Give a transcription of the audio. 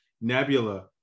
Nebula